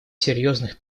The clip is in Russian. серьезных